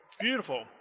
Beautiful